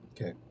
Okay